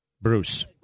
Bruce